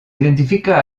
identifica